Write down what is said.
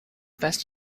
best